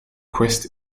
quest